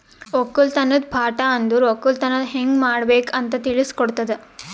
ಒಕ್ಕಲತನದ್ ಪಾಠ ಅಂದುರ್ ಒಕ್ಕಲತನ ಹ್ಯಂಗ್ ಮಾಡ್ಬೇಕ್ ಅಂತ್ ತಿಳುಸ್ ಕೊಡುತದ